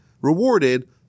rewarded